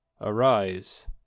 Arise